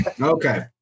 Okay